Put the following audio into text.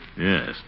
Yes